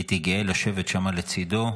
הייתי גאה לשבת שם לצידו.